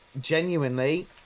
Genuinely